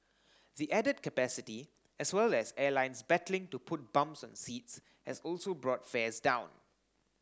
the added capacity as well as airlines battling to put bums on seats has also brought fares down